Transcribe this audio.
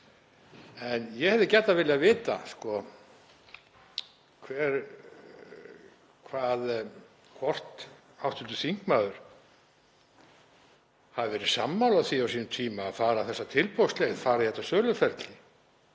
En ég hefði gjarnan viljað vita hvort hv. þingmaður hafi verið sammála því á sínum tíma að fara þessa tilboðsleið, fara í þetta söluferli